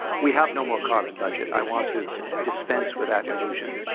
we have no more carbon budget. i want to dispense with that illusion.